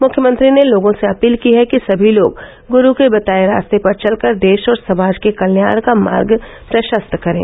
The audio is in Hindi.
मुख्यमंत्री ने लोगों से अपील की है कि सभी लोग गुरू के बताये रास्ते पर चलकर देश और समाज के कल्याण का मार्ग प्रशस्त करे